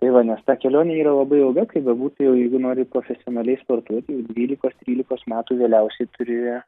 tai va nes ta kelionė yra labai ilga kaip bebūtų jeigu nori profesionaliai sportuoti jau dvylikos trylikos metų vėliausiai turi